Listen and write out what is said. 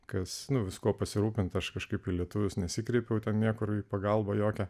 kas nu viskuo pasirūpinti aš kažkaip į lietuvius nesikreipiau ten niekur į pagalbą jokio